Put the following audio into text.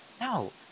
No